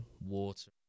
water